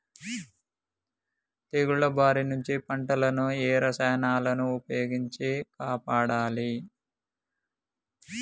తెగుళ్ల బారి నుంచి పంటలను ఏ రసాయనాలను ఉపయోగించి కాపాడాలి?